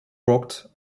worked